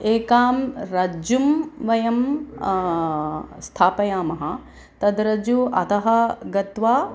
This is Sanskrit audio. एकं रज्जुं वयं स्थापयामः तद् रज्जुः अधः गत्वा